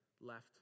left